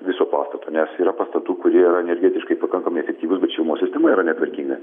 viso pastato nes yra pastatų kurie yra energetiškai pakankamai efektyvūs bet šilumos sistema yra netvarkinga